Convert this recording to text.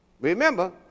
Remember